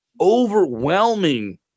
overwhelming